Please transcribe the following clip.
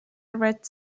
red